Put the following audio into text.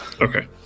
Okay